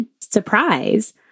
surprise